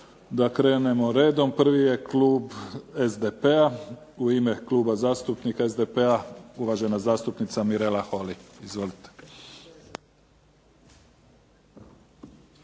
da krenemo redom. Prvi je klub SDP-a. U ime Kluba zastupnika SDP-a uvažena zastupnica Mirela Holy. Izvolite.